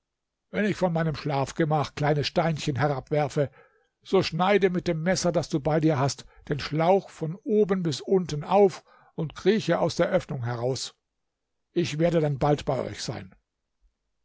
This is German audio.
wenn ich von meinem schlafgemach kleine steinchen herabwerfe so schneide mit dem messer das du bei dir hast den schlauch von oben bis unten auf und krieche aus der öffnung heraus ich werde dann bald bei euch sein